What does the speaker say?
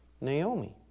Naomi